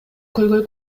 көйгөй